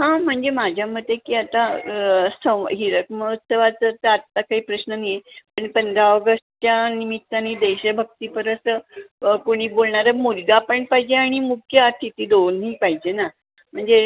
हां म्हणजे माझ्या मते की आता सव हीरक महोत्सवाचं तर आत्ता काही प्रश्न नाही आहे पण पंधरा ऑगस्टच्या निमित्ताने देशभक्तीपर असं कोणी बोलणारं मुलगा पण पाहिजे आणि मुख्य अतिथी दोन्ही पाहिजे ना म्हणजे